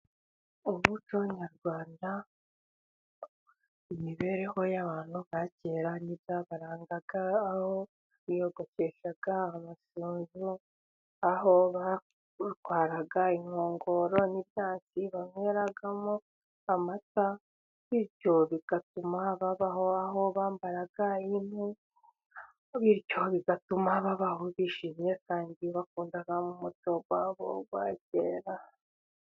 Umuco nyarwanda imibereho y'abantu ba kera n'ibyabarangaga, aho biyogosheshaga amasunzu, aho batwaraga inkongoro n'icyansi banyweragamo amata, bityo bigatuma babaho aho bambaraga impu, bityo bigatuma babaho bishimye, kandi bakundaga n'umuco wabo wa kera.